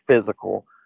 physical